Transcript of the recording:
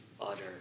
utter